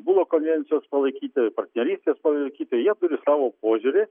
buvo konvencijos palaikyti partnerystės palaikyti jie turi savo požiūrį